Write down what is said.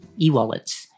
e-wallets